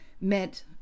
met